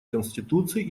конституции